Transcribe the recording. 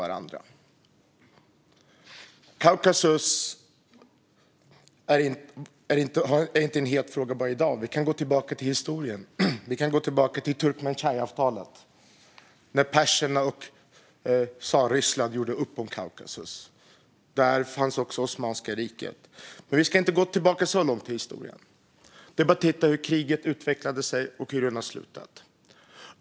Kaukasus är inte en het fråga bara i dag. Vi kan gå tillbaka i historien till Turkmenchayavtalet när perserna och Tsarryssland gjorde upp om Kaukasus. Där fanns också det osmanska riket. Men vi ska inte gå tillbaka så långt i historien utan ska titta på hur kriget har utvecklat sig.